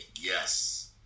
yes